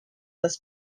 was